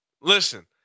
Listen